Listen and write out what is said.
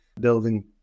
building